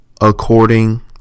According